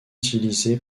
utilisé